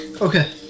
Okay